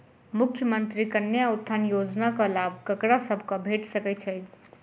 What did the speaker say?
मुख्यमंत्री कन्या उत्थान योजना कऽ लाभ ककरा सभक भेट सकय छई?